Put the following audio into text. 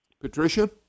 Patricia